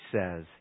says